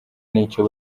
n’icyo